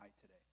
today